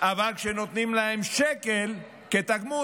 אבל כשנותנים להם שקל כתגמול,